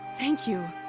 thank you.